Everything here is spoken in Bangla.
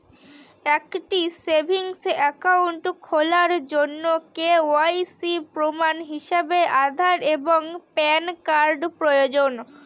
একটি সেভিংস অ্যাকাউন্ট খোলার জন্য কে.ওয়াই.সি প্রমাণ হিসাবে আধার এবং প্যান কার্ড প্রয়োজন